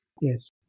Yes